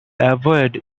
avoid